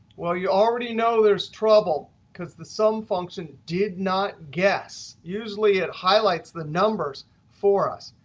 well, you already know there's trouble because the sum function did not guess. usually it highlights the numbers for us.